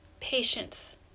patience